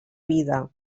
vida